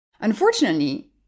Unfortunately